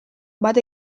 bat